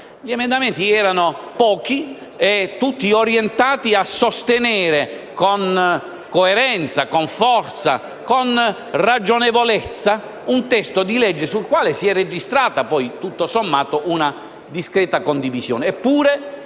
Gli emendamenti erano pochi e tutti orientati a sostenere con coerenza, con forza e con ragionevolezza un testo sul quale si è registrata, tutto sommato, una discreta condivisione.